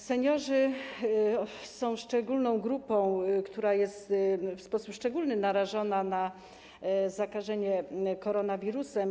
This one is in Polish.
Seniorzy są szczególną grupą, która jest w sposób szczególny narażona na zakażenie koronawirusem.